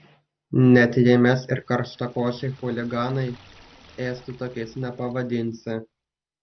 net jei mes ir karštakošiai chuliganai estų tokiais nepavadinsi